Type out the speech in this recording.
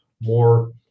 more